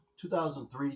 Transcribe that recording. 2003